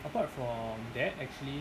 apart from that actually